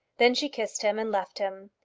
then she kissed him and left him.